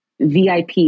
VIP